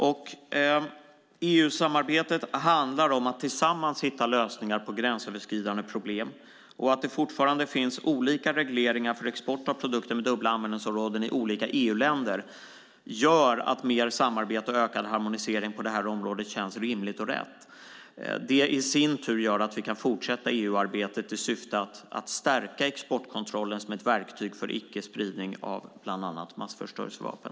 EU-samarbetet handlar om att tillsammans hitta lösningar på gränsöverskridande problem. Att det fortfarande finns olika regleringar för export av produkter med dubbla användningsområden i olika EU-länder gör att mer samarbete och ökad harmonisering på det här området känns rimligt och rätt. Det i sin tur gör att vi kan fortsätta EU-arbetet i syfte att stärka exportkontrollen som ett verktyg för icke-spridning av bland annat massförstörelsevapen.